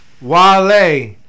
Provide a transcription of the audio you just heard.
Wale